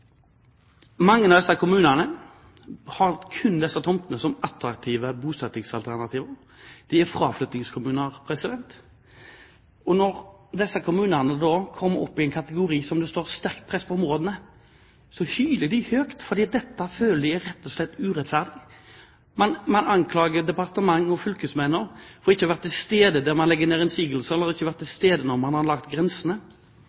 Mange av disse kommunene har kun disse tomtene som attraktive bosettingsalternativer. De er fraflyttingskommuner. Og når disse kommunene kommer i en kategori med sterkt press på områdene, hyler de høyt fordi de føler at det rett og slett er urettferdig. Man anklager departement og fylkesmenn for ikke å være til stede når man legger ned innsigelser, eller ikke er til